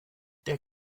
der